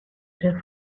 ser